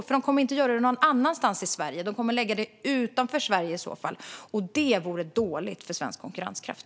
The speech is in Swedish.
De kommer nämligen inte att göra det någon annanstans i Sverige, utan de kommer att lägga dem utanför Sverige i så fall, och det vore dåligt för svensk konkurrenskraft.